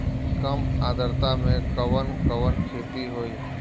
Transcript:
कम आद्रता में कवन कवन खेती होई?